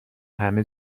همه